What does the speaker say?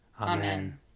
Amen